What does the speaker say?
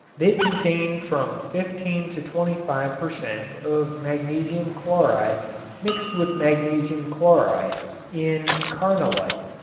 they contain from fifteen to twenty-five per cent. of magnesium chloride mixed with magnesium chloride in carnallite,